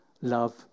love